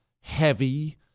heavy